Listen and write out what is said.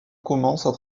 commencent